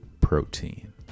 protein